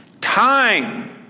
time